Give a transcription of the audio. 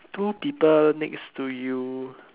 two people next to you